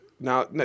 now